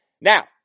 Now